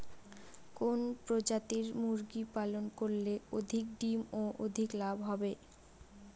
কোন প্রজাতির মুরগি পালন করলে অধিক ডিম ও অধিক লাভ হবে?